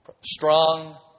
strong